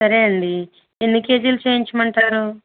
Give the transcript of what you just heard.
సరే అండి ఎన్ని కేజీలు చేయించమంటారు